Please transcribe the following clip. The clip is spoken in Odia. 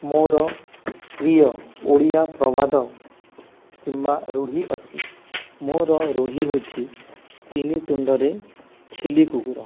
ମୋର ପ୍ରିୟ ଓଡ଼ିଆ ପ୍ରବାଦ କିମ୍ବା ରୂଢ଼ି ଅଛି ମୋର ରୂଢ଼ି ହଉଛି ତିନି ତୁଣ୍ଡରେ ଛେଲି କୁକୁର